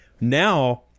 Now